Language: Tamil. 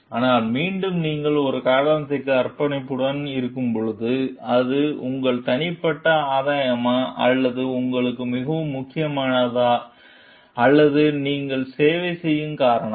ஆனால் மீண்டும் நீங்கள் ஒரு காரணத்திற்கு அர்ப்பணிப்புடன் இருக்கும்போது அது உங்கள் தனிப்பட்ட ஆதாயமா அல்லது உங்களுக்கு மிகவும் முக்கியமானதா அல்லது நீங்கள் சேவை செய்யும் காரணமா